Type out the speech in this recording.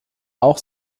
auch